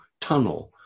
tunnel